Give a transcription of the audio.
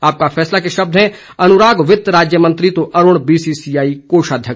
आपका फैसला के शब्द हैं अनुराग वित्त राज्य मंत्री तो Arun B C C I कोषाध्यक्ष